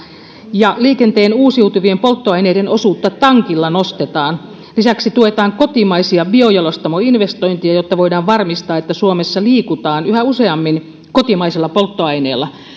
ja liikenteen uusiutuvien polttoaineiden osuutta tankilla nostetaan lisäksi tuetaan kotimaisia biojalostamoinvestointeja jotta voidaan varmistaa että suomessa liikutaan yhä useammin kotimaisella polttoaineella